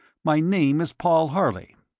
my name is paul harley.